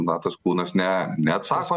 na tas kūnas ne neatsako